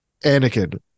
Anakin